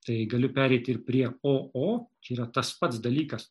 tai galiu pereiti ir prie o o čia yra tas pats dalykas